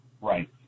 Right